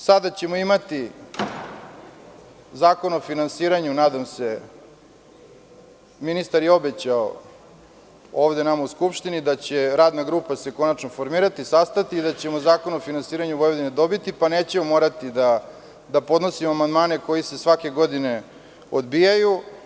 Sada ćemo imati Zakon o finansiranju, nadam se, ministar je obećao ovde nama u Skupštini da će se radna grupa konačno formirati, sastati i da ćemo Zakon o finansiranju Vojvodine dobiti, pa nećemo morati da podnosimo amandmane koji se svake godine odbijaju.